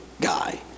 guy